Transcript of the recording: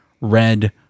Red